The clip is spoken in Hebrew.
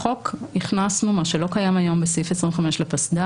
בחוק הכנסנו, ממה שלא קיים היום בסעיף 25 לפסד"פ,